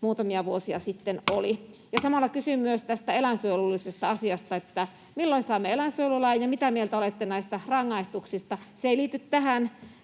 muutamia vuosia sitten oli? Samalla kysyn myös tästä eläinsuojelullisesta asiasta: milloin saamme eläinsuojelulain, ja mitä mieltä olette näistä rangaistuksista? Se ei liity tähän